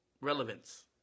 relevance